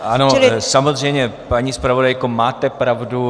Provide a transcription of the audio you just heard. Ano samozřejmě, paní zpravodajko, máte pravdu.